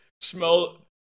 smell